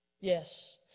Yes